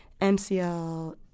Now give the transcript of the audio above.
MCL